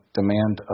demand